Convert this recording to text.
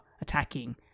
attacking